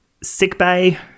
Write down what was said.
sickbay